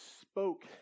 spoke